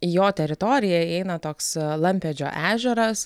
į jo teritoriją įeina toks lampėdžio ežeras